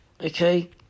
okay